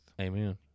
Amen